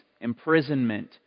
imprisonment